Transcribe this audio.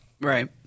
right